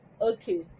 Okay